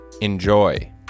Enjoy